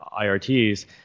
IRTs